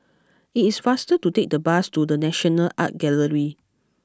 it is faster to take the bus to The National Art Gallery